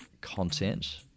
content